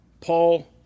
Paul